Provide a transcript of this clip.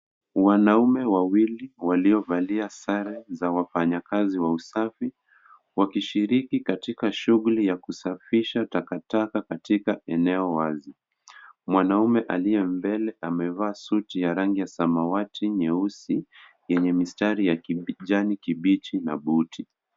Wanaume wawili waliovalia sare za wafanyakazi wa usafi, wakishiriki katika shughuli ya kusafisha takataka katika eneo wazi. Mwanaume aliye mbele amevaa suti ya rangi ya samawati nyeusi, yenye mistari ya kijani kibichi na buti.